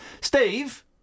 Steve